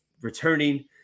returning